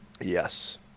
Yes